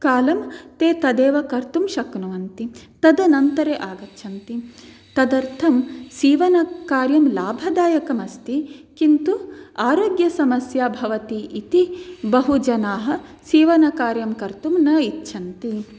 कालं ते तदेव कर्तुं शक्नुवन्ति तदनन्तरम् आगच्छन्ति तदर्थं सीवनकार्यं लाभदायकम् अस्ति किन्तु आरोग्यसमस्या भवति इति बहु जनाः सीवनकार्यं कर्तुं न इच्छन्ति